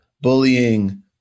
bullying